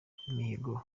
mihigo